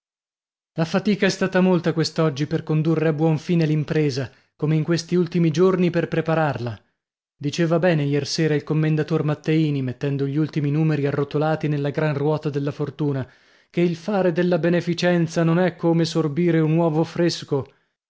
la fatica è stata molta quest'oggi per condurre a buon fine l'impresa come in questi ultimi giorni per prepararla diceva bene iersera il commendator matteini mettendo gli ultimi numeri arrotolati nella gran ruota della fortuna che il fare della beneficenza non è come sorbire un uovo fresco